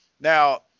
Now